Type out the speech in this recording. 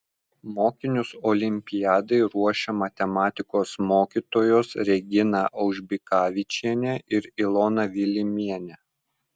mokinius olimpiadai ruošė matematikos mokytojos regina aužbikavičienė ir ilona vilimienė